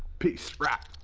peace, wrap,